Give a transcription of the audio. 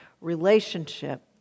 relationship